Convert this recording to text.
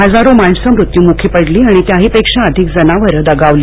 हजारो माणसं मृत्युमुखी पडली आणि त्याहीपेक्षा अधिक जनावरं दगावली